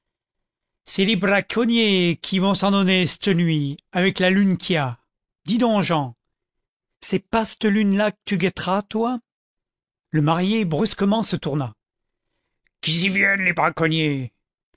c'est les braconniers qui vont s'en donner c'te nuit avec la lune qu'y a dis donc jean c'est pas c'te lune là qu'tu guetteras toi le marié brusquement se tourna qu'i z'y viennent les braconniers